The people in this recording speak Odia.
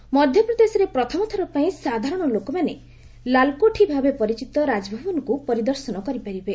ଏମ୍ପି ରାଜଭବନ ମଧ୍ୟପ୍ରଦେଶରେ ପ୍ରଥମଥରପାଇଁ ସାଧାରଣ ଲୋକମାନେ ଲାଲ୍କୋଠୀ ଭାବେ ପରିଚିତ ରାଜଭବନକୁ ପରିଦର୍ଶନ କରିପାରିବେ